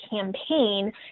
campaign